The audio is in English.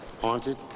haunted